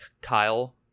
kyle